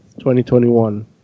2021